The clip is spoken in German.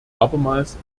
abermals